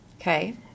Okay